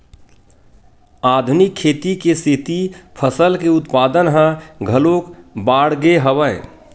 आधुनिक खेती के सेती फसल के उत्पादन ह घलोक बाड़गे हवय